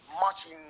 marching